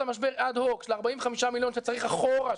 המשבר אד-הוק של 45 מיליון שצריך אחורה,